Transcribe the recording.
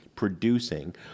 Producing